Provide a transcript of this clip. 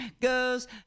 goes